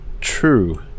True